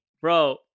Bro